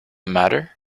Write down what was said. matter